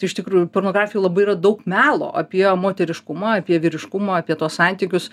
iš tikrųjų pornografijoj labai yra daug melo apie moteriškumą apie vyriškumą apie tuos santykius